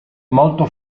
molto